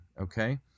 okay